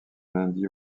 lundi